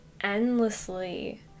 endlessly